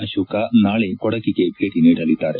ಅರೋಕ ನಾಳೆ ಕೊಡಗಿಗೆ ಭೇಟಿ ನೀಡಲಿದ್ದಾರೆ